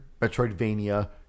Metroidvania